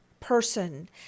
Person